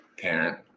parent